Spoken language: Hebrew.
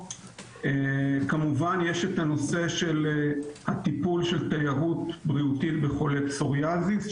כמובן שיש את הנושא של טיפול תיירות בריאותית בחולי פסוריאזיס.